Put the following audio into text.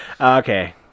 Okay